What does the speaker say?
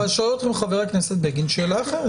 אבל שואל אתכם חבר הכנסת בגין שאלה אחרת.